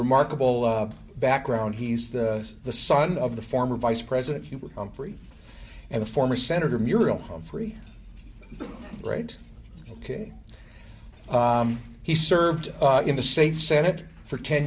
remarkable background he's the son of the former vice president hubert humphrey and a former senator muriel humphrey right ok he served in the state senate for ten